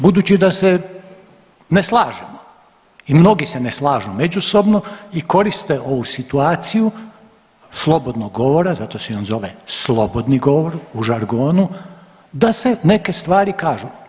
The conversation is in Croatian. Budući da se ne slažemo i mnogi se ne slažu međusobno i koriste ovu situaciju slobodnog govora, zato se i on zove slobodni govor u žargonu da se neke stvari kažu.